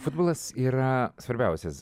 futbolas yra svarbiausias